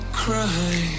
cry